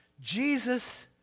Jesus